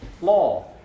law